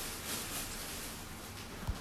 you got go out ah ah